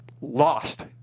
lost